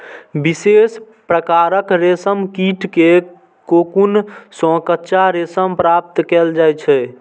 विशेष प्रकारक रेशम कीट के कोकुन सं कच्चा रेशम प्राप्त कैल जाइ छै